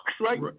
right